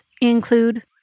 include